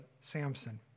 Samson